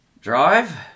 drive